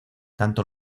tanto